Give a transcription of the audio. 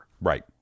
Right